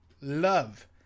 love